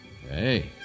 Hey